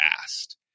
asked